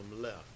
left